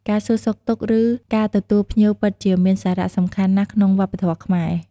ការសួរសុខទុក្ខ ឬ ការទទួលភ្ញៀវពិតជាមានសារៈសំខាន់ណាស់ក្នុងវប្បធម៌ខ្មែរ។